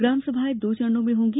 ग्राम सभाएँ दो चरणों में होंगी